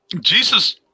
jesus